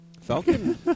Falcon